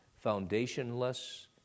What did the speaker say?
foundationless